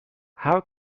how